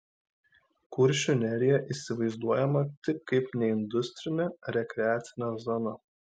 kuršių nerija įsivaizduojama tik kaip neindustrinė rekreacinė zona